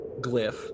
glyph